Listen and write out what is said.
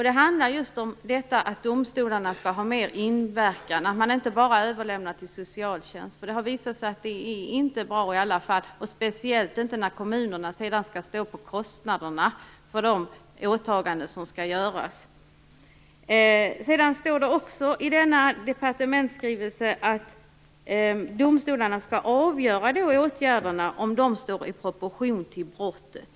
Den handlar just om att domstolarna skall ha mer inflytande och att man inte bara skall överlämna det till socialtjänsten. Det har visat sig att det inte är bra, speciellt inte när kommunerna sedan skall stå för kostnaderna för de åtaganden som skall göras. Det står också i departementsskrivelsen att domstolarna skall avgöra om åtgärderna står i proportion till brottet.